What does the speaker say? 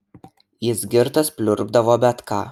jis girtas pliurpdavo bet ką